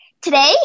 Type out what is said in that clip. Today